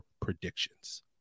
predictions